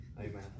Amen